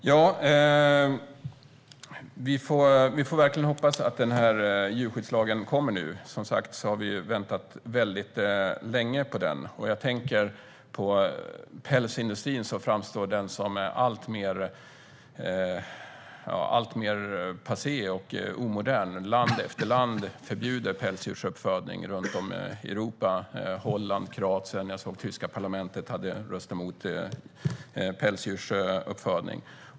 Herr talman! Vi får verkligen hoppas att djurskyddslagen nu kommer. Vi har väntat väldigt länge på den. Pälsindustrin framstår som alltmer passé och omodern. Land efter land förbjuder pälsdjursuppfödning runt om i Europa. Det gäller Holland och Kroatien, och jag såg att det tyska parlamentet hade röstat emot pälsdjursuppfödning.